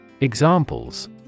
Examples